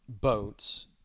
boats